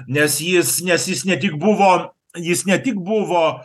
nes jis nes jis ne tik buvo jis ne tik buvo